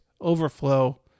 overflow